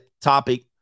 topic